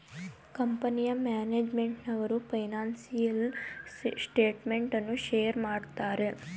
ಕಂಪನಿಯ ಮ್ಯಾನೇಜ್ಮೆಂಟ್ನವರು financial statement ಅನ್ನು ಶೇರ್ ಮಾಡುತ್ತಾರೆ